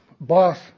boss